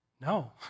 no